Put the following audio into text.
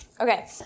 Okay